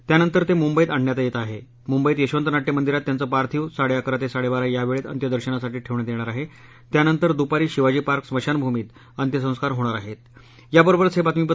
त्यानंतर त मुंबईत आणण्यात यत्तआह मुंबईत यशवंत नाट्य मंदिरात त्यांचं पार्थिव साडक्करा त झाडक्करा या वळक्की अंत्यदर्शनासाठी ठक्कियात यप्तीर आह न्यानंतर दुपारी शिवाजी पार्क स्मशानभूमीत अंत्यसंस्कार होणार आहत्ती